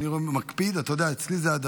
לא שמתי לב.